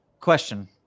question